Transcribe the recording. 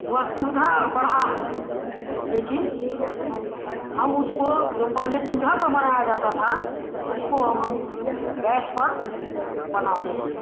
वह सुवधा बढ़ा है लेकिन हम उसको जो पहले चूल्हा पर बनाया जाता था उसको अब हम गैस पर बनाते हैं